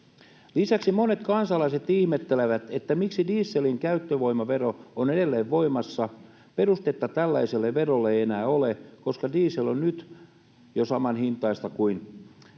Lisäksi monet kansalaiset ihmettelevät, miksi dieselin käyttövoimavero on edelleen voimassa. Perustetta tällaiselle verolle ei enää ole, koska diesel on nyt jo samanhintaista tai jopa